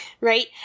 Right